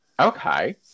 Okay